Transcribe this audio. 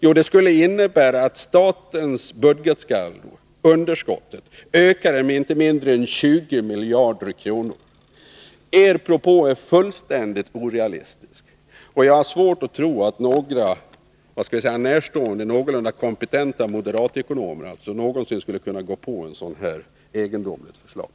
Jo, det skulle innebära att statens budgetunderskott ökade med inte mindre än 20 miljarder kronor. Era propåer är fullständigt orealistiska. Jag har svårt att tro att några av era ”närstående”, någorlunda kompetenta moderatekonomer någonsin skulle kunna gå på ett så här egendomligt förslag.